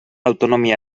autonomia